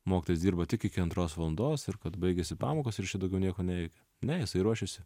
mokytojas dirba tik iki antros valandos ir kad baigiasi pamokos ir jis čia daugiau nieko nereikia ne jisai ruošiasi